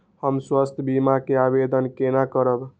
हम स्वास्थ्य बीमा के आवेदन केना करब?